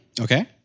okay